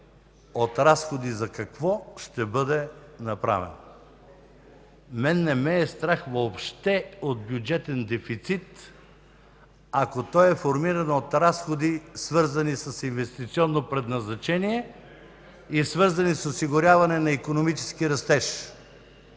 от разходи за какво ще бъде направен? Не ме е страх въобще от бюджетен дефицит, ако той е формиран от разходи, свързани с инвестиционно предназначение и с осигуряване на икономически растеж.